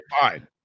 fine